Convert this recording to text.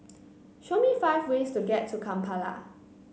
show me five ways to get to Kampala